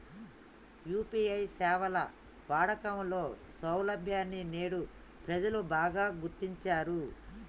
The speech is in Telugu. యూ.పీ.ఐ సేవల వాడకంలో సౌలభ్యాన్ని నేడు ప్రజలు బాగా గుర్తించారు